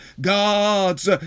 God's